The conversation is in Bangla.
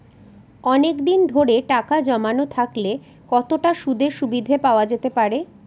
অনেকদিন ধরে টাকা জমানো থাকলে কতটা সুদের সুবিধে পাওয়া যেতে পারে?